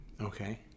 Okay